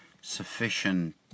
sufficient